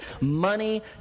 money